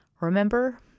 remember